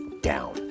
down